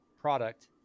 product